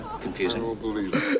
confusing